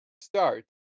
start